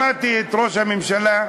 שמעתי את ראש הממשלה,